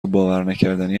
باورنکردنی